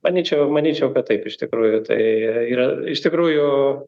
manyčiau manyčiau kad taip iš tikrųjų tai yra iš tikrųjų